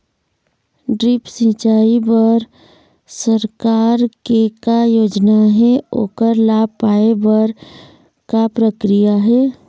Drip सिचाई बर सरकार के का योजना हे ओकर लाभ पाय बर का प्रक्रिया हे?